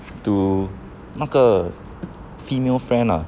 to 那个 female friend ah